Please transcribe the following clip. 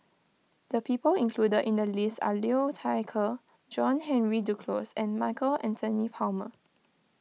the people included in the list are Liu Thai Ker John Henry Duclos and Michael Anthony Palmer